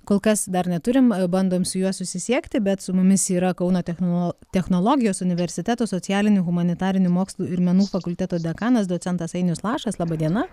kol kas dar neturim bandom su juo susisiekti bet su mumis yra kauno technolo technologijos universiteto socialinių humanitarinių mokslų ir menų fakulteto dekanas docentas ainius lašas laba diena